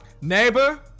Neighbor